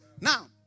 Now